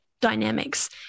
dynamics